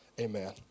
Amen